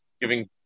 giving